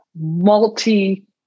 multi